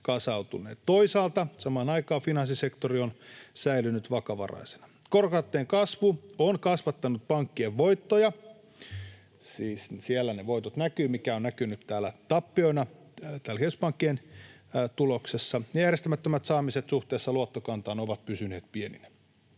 Toisaalta samaan aikaan finanssisektori on säilynyt vakavaraisena. Korkokatteen kasvu on kasvattanut pankkien voittoja — siis siellä ne voitot näkyvät, mitkä ovat näkyneet tappiona täällä keskuspankkien tuloksessa — ja järjestämättömät saamiset suhteessa luottokantaan ovat pysyneet pieninä.